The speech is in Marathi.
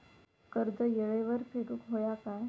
कर्ज येळेवर फेडूक होया काय?